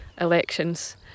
elections